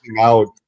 out